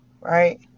right